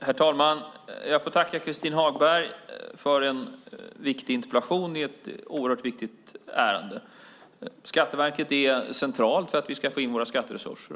Herr talman! Jag tackar Christin Hagberg för en viktig interpellation i ett oerhört viktigt ärende. Skatteverket är centralt för att vi ska få in våra skatter.